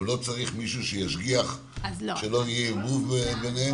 והוא לא צריך מישהו שישגיח שלא יהיה ערבוב ביניהם?